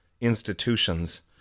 institutions